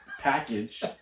package